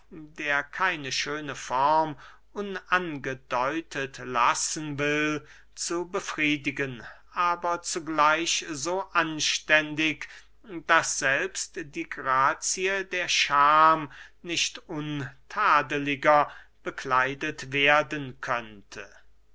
der keine schöne form unangedeutet lassen will zu befriedigen aber zugleich so anständig daß selbst die grazie der scham nicht untadeliger bekleidet werden könnte